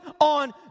on